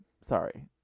Sorry